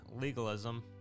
legalism